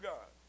God